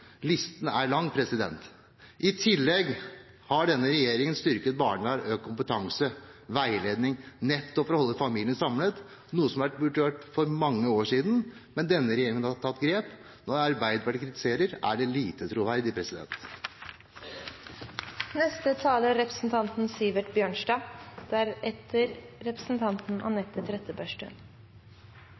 listen er lang. I tillegg har denne regjeringen styrket barnevernet, økt kompetanse og veiledning nettopp for å holde familien samlet, noe som burde vært gjort for mange år siden, men denne regjeringen har tatt grep. Når Arbeiderpartiet kritiserer, er det lite troverdig. Familie og oppvekst er